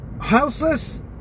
houseless